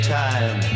time